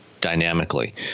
dynamically